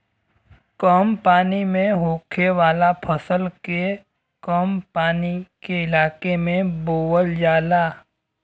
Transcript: कम पानी में होखे वाला फसल के कम पानी के इलाके में बोवल जाला